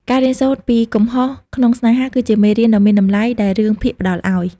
ការរៀនសូត្រ ពីកំហុសក្នុងស្នេហាគឺជាមេរៀនដ៏មានតម្លៃដែលរឿងភាគផ្តល់ឱ្យ។